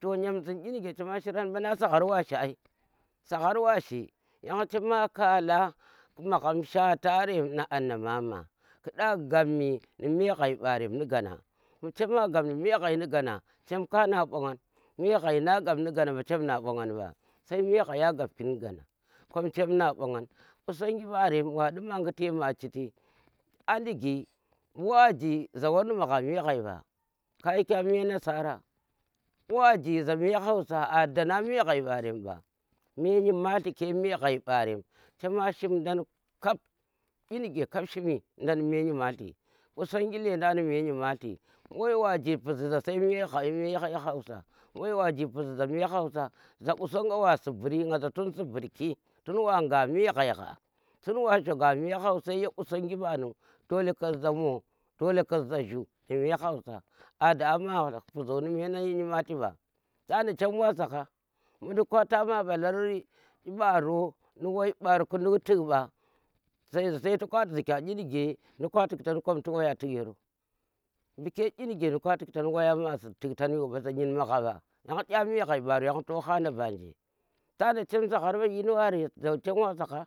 Toh yem zhin inige chema shiran ɓa ai saghar washi ai. na saghar wa shi yan chema kala maghom ki shwarem nu anna mama ku daa gap ni me ghai ɓaram ni gana mbu chem wa gap ni me ghai ni gana chem ka na bongan mbu me ghai na gop nu gana mba chem mbu na bonan mba. sai me ghai a gapkin gana kom chem na ɓongan qu̱songi ɓarem waɗi ma guti citi a digi mu waji za war ni maga me ghai ɓa, ka shi ka me nosore, bu̱ waji za me housa ada na me ghai barem ba ba me nyimalti ke me ghoi ɓarem chema shimdon kap inige kap shumi ni me nyimalti, qusonga lendang ni me nyimalti mbu wai waji puzi za sai me housa, bu̱ wai waji puzzi za me hausa qusongo wa sibir nha za tun sibirki tun wa gha me ghai gha tun wa shoga me hausa ye qusangi mba nu dole ku ziza moo dole ku zi za jhuu nu me hausa ada amma ni me nyimolti ba taba chem wa sagha mbu to ka ma balar. imbaro nu waimbaro ku duk tik mba sai duk ka zkye nuge duk a tik kom ti tik yero mbu ke inuge duk a tik tan ba waya mbu tik tan yoba za nyin magha mba yoba yan kya me ghai mbaro yang to ha nda ba je tana chin saghar yin mbarem chem wa sagha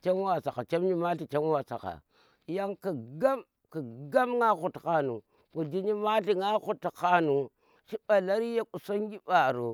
tana chem nyimalti chem wa sagha yang kugam kugam nga huti hanu kuji nyimalti nga huti hanu shi mbalar ye qusangi mbaro.